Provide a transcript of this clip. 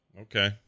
Okay